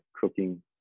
cooking